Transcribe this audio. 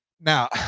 Now